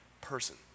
person